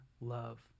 love